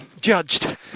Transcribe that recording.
judged